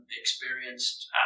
experienced